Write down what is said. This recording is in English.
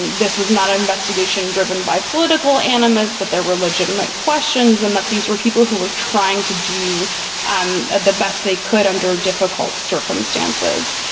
this was not an investigation driven by political animus, that there were legitimate questions and that these were people who were trying to do um ah the best they could under difficult circumstances,